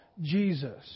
Jesus